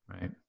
Right